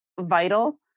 vital